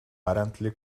apparently